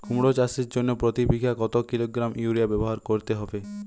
কুমড়ো চাষের জন্য প্রতি বিঘা কত কিলোগ্রাম ইউরিয়া ব্যবহার করতে হবে?